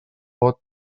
pot